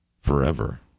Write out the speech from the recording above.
Forever